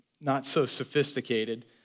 not-so-sophisticated